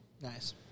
Nice